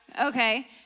okay